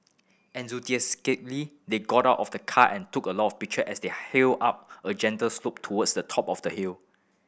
enthusiastically they got out of the car and took a lot of pictures as they hill up a gentle slope towards the top of the hill